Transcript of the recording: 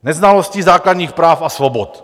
Neznalostí základních práv a svobod.